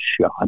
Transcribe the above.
shot